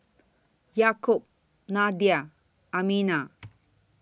Yaakob Nadia Aminah